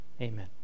Amen